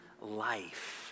life